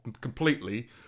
completely